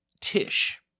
Tish